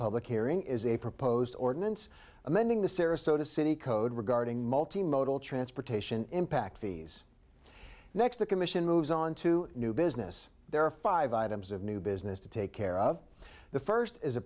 public hearing is a proposed ordinance amending the sarasota city code regarding multi modal transportation impact fees next the commission moves on to new business there are five items of new business to take care of the first is a